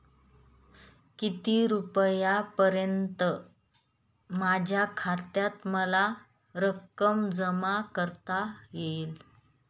किती रुपयांपर्यंत माझ्या खात्यात मला रक्कम जमा करता येईल?